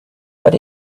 but